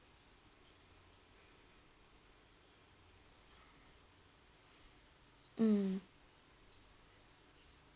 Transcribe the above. mm